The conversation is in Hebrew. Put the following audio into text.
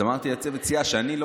אמרתי לצוות הסיעה שאני כאילו,